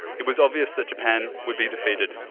it was obvious that japan would be defeated.